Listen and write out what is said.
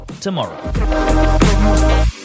tomorrow